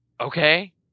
Okay